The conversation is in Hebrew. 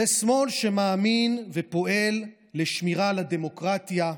זה שמאל שמאמין ופועל לשמירה על הדמוקרטיה,